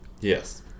Yes